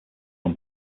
run